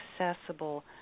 accessible